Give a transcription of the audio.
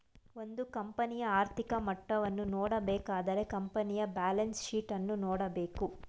ಒಂದು ಕಂಪನಿಯ ಆರ್ಥಿಕ ಮಟ್ಟವನ್ನು ನೋಡಬೇಕಾದರೆ ಕಂಪನಿಯ ಬ್ಯಾಲೆನ್ಸ್ ಶೀಟ್ ಅನ್ನು ನೋಡಬೇಕು